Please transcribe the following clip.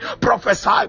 Prophesy